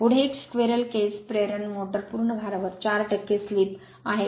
पुढे एक squirrel cage प्रेरण मोटर पूर्ण भारवर 4 ची स्लिप आहे